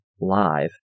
live